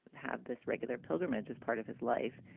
have this regular pilgrimage as part of his life.